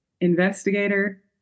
investigator